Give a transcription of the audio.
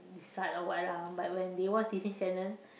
decide or what lah but when they watch Disney channel